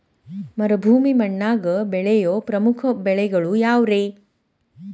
ಮರುಭೂಮಿ ಮಣ್ಣಾಗ ಬೆಳೆಯೋ ಪ್ರಮುಖ ಬೆಳೆಗಳು ಯಾವ್ರೇ?